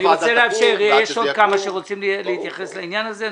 אני רוצה לאפשר לעוד כמה שרוצים להתייחס לעניין הזה,